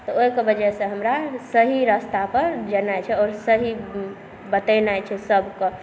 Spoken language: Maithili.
तऽ ओहिके वजह से हमरा सही रस्ता पर जेनाइ छै आओर सही बतेनाय छै सब कऽ